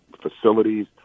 facilities